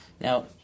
Now